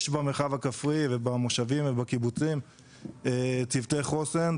יש במרחב הכפרי ובמושבים ובקיבוצים צוותי חוסן,